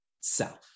self